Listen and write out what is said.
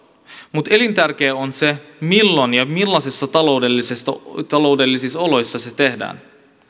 mutta elintärkeää on se milloin ja millaisissa taloudellisissa oloissa se se tehdään